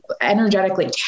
energetically